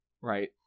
right